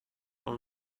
und